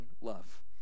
love